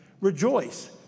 rejoice